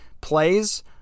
plays